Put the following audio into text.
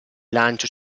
lancio